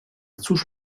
cóż